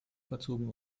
verzogen